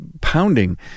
pounding